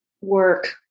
work